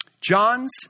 John's